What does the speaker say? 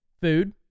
food